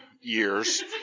years